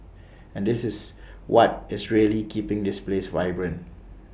and this is what is really keeping this place vibrant